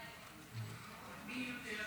מי יותר?